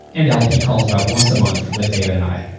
and lp calls about once a month with david and i.